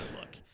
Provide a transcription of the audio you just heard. look